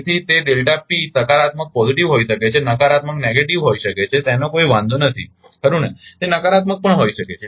તેથી તે delta p સકારાત્મક હોઈ શકે છે નકારાત્મક હોઈ શકે છે તેનો કોઇ વાંધો નથી ખરુ ને તે નકારાત્મક પણ હોઈ શકે છે